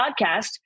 podcast